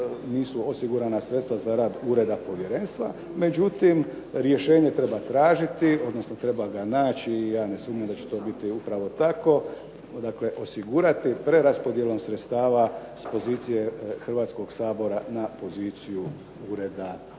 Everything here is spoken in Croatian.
nisu osigurana sredstva za rad ureda povjerenstva. Međutim, rješenje treba tražiti, odnosno treba ga naći i ja ne sumnjam da će to biti upravo tako. Dakle, osigurati preraspodjelom sredstava s pozicije Hrvatskog sabora na poziciju ureda povjerenstva.